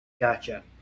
Gotcha